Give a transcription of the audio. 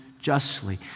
justly